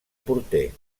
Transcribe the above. porter